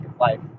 life